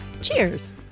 Cheers